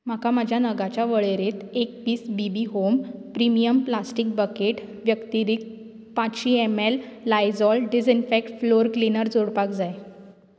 म्हाका म्हाज्या नगाच्या वळेरेंत एक piece B B home premium plastic bucket व्यक्तिरिक्त पांचशी ML Lysol disinfectant floor cleaner जोडपाक जाय